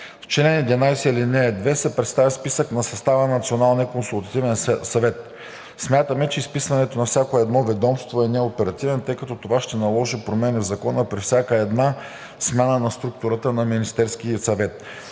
В чл. 11, ал. 2 се представя списък на състава на Националния консултативен съвет. Смятаме, че изписването на всяко едно ведомство е неоперативно, тъй като това ще наложи промени в Закона при всяка една смяна на структурата на Министерския съвет.